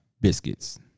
biscuits